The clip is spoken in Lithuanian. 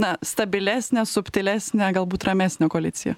na stabilesnę subtilesnę galbūt ramesnę koaliciją